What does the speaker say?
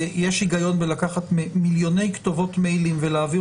יש היגיון בלקחת מיליוני כתובות מיילים ולהעביר